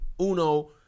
uno